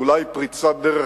או פריצת דרך,